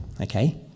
okay